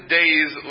days